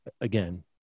again